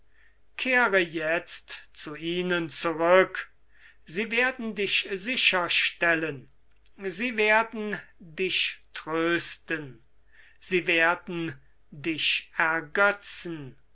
kehre jetzt zu ihnen zurück sie werden dich sicher stellen sie werden dich trösten sie werden dich ergötzen